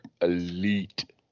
elite